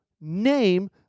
name